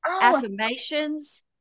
affirmations